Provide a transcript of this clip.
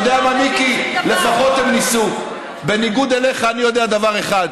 מה, מיקי, אני אגיד לך עוד משהו אחד.